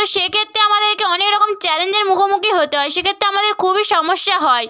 তো সেক্ষেত্রে আমাদেরকে অনেক রকম চ্যালেঞ্জের মুখোমুখি হতে হয় সেক্ষেত্রে আমাদের খুবই সমস্যা হয়